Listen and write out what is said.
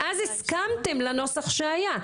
ואז הסכמת לנוסח שהיה.